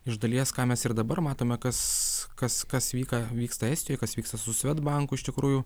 iš dalies ką mes ir dabar matome kas kas kas vyka vyksta estijoj kas vyksta su svedbanku iš tikrųjų